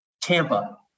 Tampa